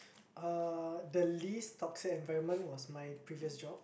uh the least toxic environment was my previous job